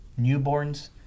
newborns